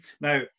Now